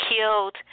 killed